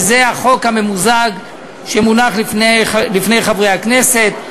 וזה החוק הממוזג שמונח לפני חברי הכנסת.